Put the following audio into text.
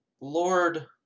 Lord